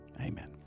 Amen